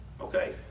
Okay